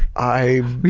i